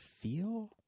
Feel